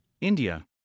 India